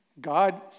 God